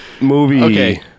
movie